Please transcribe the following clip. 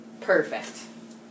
perfect